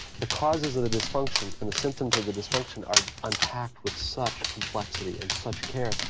the causes of the dysfunction and the symptoms of the dysfunction are unpacked with such complexity and such care.